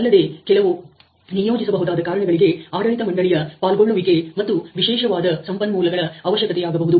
ಅಲ್ಲದೆ ಕೆಲವು ನಿಯೋಜಿಸಬಹುದಾದ ಕಾರಣಗಳಿಗೆ ಆಡಳಿತ ಮಂಡಳಿಯ ಪಾಲ್ಗೊಳ್ಳುವಿಕೆ ಮತ್ತು ವಿಶೇಷವಾದ ಸಂಪನ್ಮೂಲಗಳ ಅವಶ್ಯಕತೆಯಾಗಬಹುದು